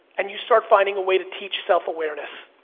and you start finding a way to teach self-awareness.